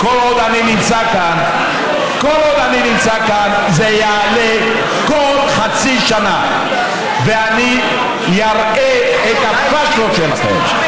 כל עוד אני נמצא כאן זה יעלה כל חצי שנה ואני אראה את הפשלות שלכם.